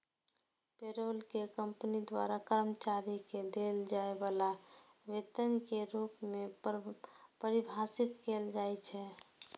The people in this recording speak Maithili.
पेरोल कें कंपनी द्वारा कर्मचारी कें देल जाय बला वेतन के रूप मे परिभाषित कैल जाइ छै